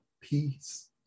peace